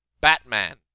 Batman